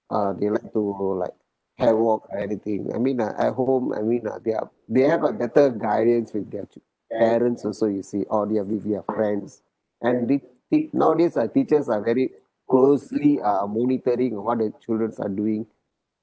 uh they like to like havoc or anything I mean uh at home I mean uh they are they have like better guidance with their parents also you see or they're with their friends and the te~ nowadays uh teachers are very closely are monitoring what the childrens are doing